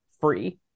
free